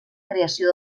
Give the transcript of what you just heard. creació